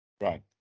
Right